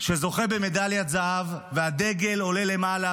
שזוכה במדליית זהב והדגל עולה למעלה,